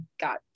got